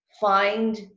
find